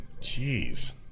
jeez